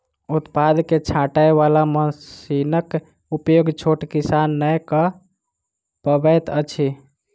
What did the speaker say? उत्पाद के छाँटय बाला मशीनक उपयोग छोट किसान नै कअ पबैत अछि